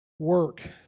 Work